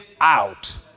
out